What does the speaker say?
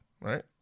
right